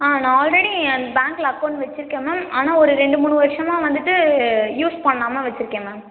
ஆ நான் ஆல்ரெடி அந்த பேங்க்கில் அகௌண்ட் வச்சுருக்கேன் மேம் ஆனால் ஒரு ரெண்டு மூணு வருஷமாக வந்துவிட்டு யூஸ் பண்ணாமல் வச்சுருக்கேன் மேம்